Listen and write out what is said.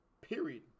Period